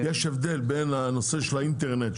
יש הבדל בין הנושא של האינטרנט,